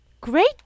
Great